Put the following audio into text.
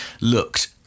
looked